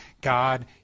God